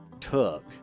took